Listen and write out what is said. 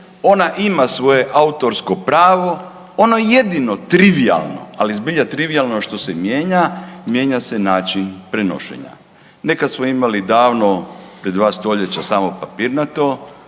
ona ima svoje autorsko pravo, ono jedino trivijalno, ali zbilja trivijalno, što se mijenja, mijenja se način prenošenja. Nekad smo imali davno, pred 2 stoljeća samo papirnato,